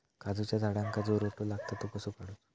काजूच्या झाडांका जो रोटो लागता तो कसो काडुचो?